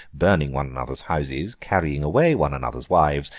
burning one another's houses, carrying away one another's wives,